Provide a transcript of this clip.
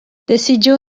decidiu